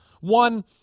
One